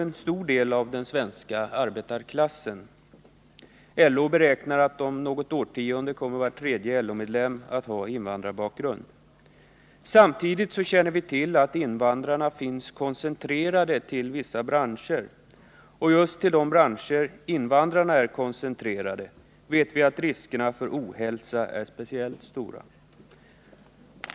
En stor del av den svenska arbetarklassen utgörs ju av invandrare. LO beräknar att om något årtionde var tredje LO-medlem kommer att ha invandrarbakgrund. Samtidigt känner vi till att invandrarna finns koncentrerade till vissa branscher, och vi vet att riskerna för ohälsa är speciellt stora just där.